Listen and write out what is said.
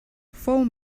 fou